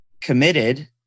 committed